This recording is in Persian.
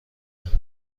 خانم